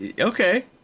Okay